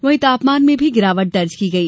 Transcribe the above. वहीं तापमान में भी गिरावट दर्ज की गई